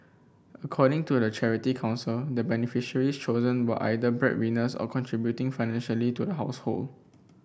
according to the Charity Council the beneficiaries chosen were either bread winners or contributing financially to the household